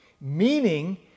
meaning